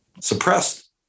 suppressed